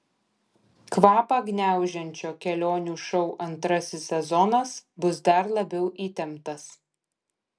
kvapą gniaužiančio kelionių šou antrasis sezonas bus dar labiau įtemptas